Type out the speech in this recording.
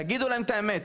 תגידו להם את האמת,